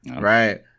Right